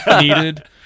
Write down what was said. needed